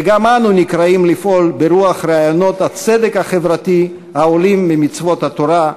וגם אנו נקראים לפעול ברוח רעיונות הצדק החברתי העולים ממצוות התורה,